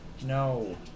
No